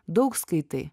daug skaitai